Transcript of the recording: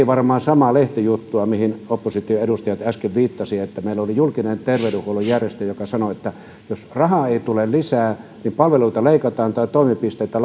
varmaan samaa lehtijuttua mihin opposition edustajat äsken viittasivat siitä että meillä oli julkinen terveydenhuollon järjestö joka sanoi että jos rahaa ei tule lisää palveluita leikataan tai toimipisteitä